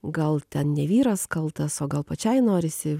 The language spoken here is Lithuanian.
gal ten ne vyras kaltas o gal pačiai norisi